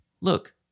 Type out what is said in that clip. look